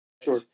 Sure